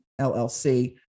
LLC